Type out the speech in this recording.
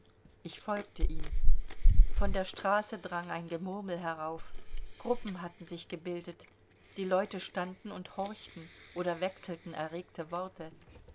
ich folgte ihm von der straße drang ein gemurmel herauf gruppen hatten sich gebildet die leute standen und horchten oder wechselten erregte worte